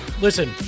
Listen